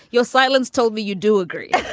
your silence told me you do agree.